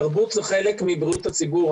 תרבות זה חלק מבריאות הציבור.